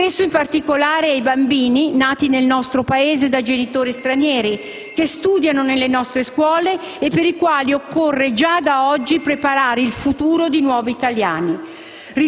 Penso in particolare ai bambini, nati nel nostro Paese da genitori stranieri, che studiano nelle nostre scuole e per i quali occorre già da oggi preparare il loro futuro di nuovi italiani.